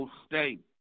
state